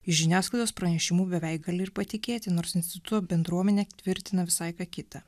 iš žiniasklaidos pranešimų beveik gali ir patikėti nors instituto bendruomenė tvirtina visai ką kitą